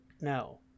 no